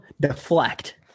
deflect